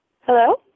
Hello